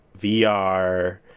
vr